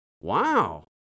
Wow